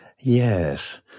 Yes